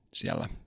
siellä